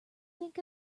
think